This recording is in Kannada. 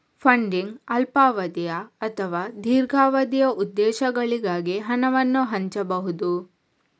ಫಂಡಿಂಗ್ ಅಲ್ಪಾವಧಿಯ ಅಥವಾ ದೀರ್ಘಾವಧಿಯ ಉದ್ದೇಶಗಳಿಗಾಗಿ ಹಣವನ್ನು ಹಂಚಬಹುದು